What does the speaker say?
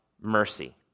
mercy